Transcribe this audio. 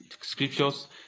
scriptures